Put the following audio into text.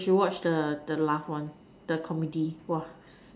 you should watch the the laugh one the comedy !wah!